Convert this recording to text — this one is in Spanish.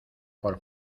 por